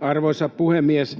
Arvoisa puhemies!